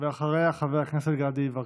אחריה, חבר הכנסת גדי יברקן.